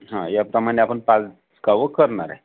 याच प्रमाणे पाच गाव करणार आहे